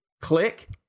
click